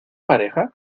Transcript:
pareja